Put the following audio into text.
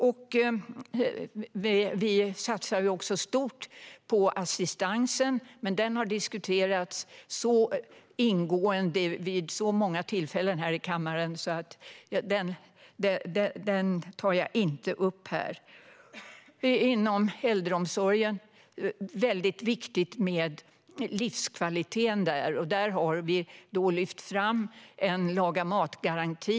Liberalerna satsar också stort på assistans. Den frågan har diskuterats ingående vid många tillfällen här i kammaren, så den tar jag inte upp här. Livskvalitet inom äldreomsorgen är en viktig fråga. Där har Liberalerna lyft fram en laga-mat-garanti.